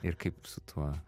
ir kaip su tuo